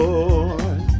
Lord